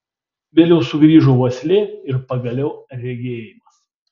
vėliau sugrįžo uoslė ir pagaliau regėjimas